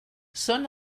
són